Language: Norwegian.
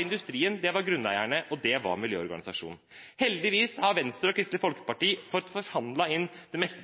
industrien, grunneierne og miljøorganisasjonene. Heldigvis har Venstre og Kristelig Folkeparti fått forhandlet inn